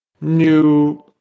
new